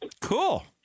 Cool